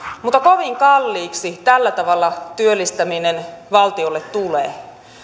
mutta kovin kalliiksi tällä tavalla työllistäminen valtiolle tulee